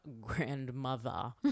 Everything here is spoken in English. grandmother